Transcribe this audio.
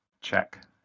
check